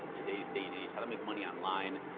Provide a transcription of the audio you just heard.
and today's day and age, how to make money online.